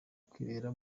kwibera